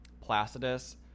placidus